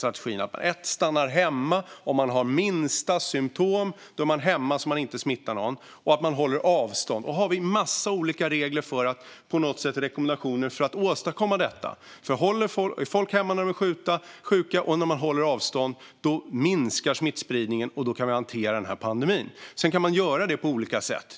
Först och främst handlar det om att stanna hemma om man har minsta symtom - då är man hemma så att man inte smittar någon - och om att hålla avstånd. Vi har en massa olika regler och rekommendationer för att på något sätt åstadkomma detta. Om folk är hemma när de är sjuka och om de håller avstånd minskar smittspridningen, och då kan vi hantera pandemin. Sedan kan man göra detta på olika sätt.